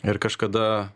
ir kažkada